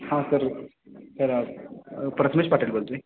हां sir sir Prathamesh Patil बोलतो आहे